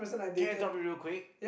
can I interrupt you real quick